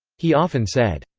he often said,